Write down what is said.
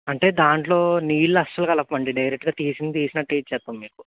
అంటే దాంట్లో నీళ్ళు అసలు కలపం అండి డైరెక్ట్గా తీసినవి తీసినట్టే ఇచ్చేస్తాం మీకు